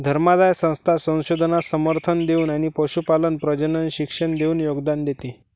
धर्मादाय संस्था संशोधनास समर्थन देऊन आणि पशुपालन प्रजनन शिक्षण देऊन योगदान देते